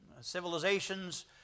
Civilization's